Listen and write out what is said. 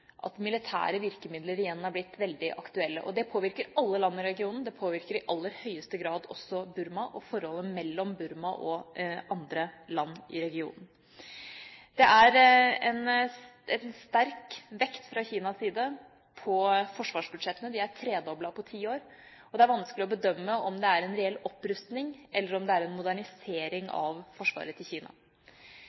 at militære virkemidler igjen er blitt veldig aktuelle. Det påvirker alle land i regionen, og det påvirker i aller høyeste grad også Burma og forholdet mellom Burma og andre land i regionen. Det er en sterk vekt fra Kinas side på forsvarsbudsjettene. De er tredoblet på ti år. Det er vanskelig å bedømme om det er en reell opprustning eller om det er en modernisering av forsvaret til Kina.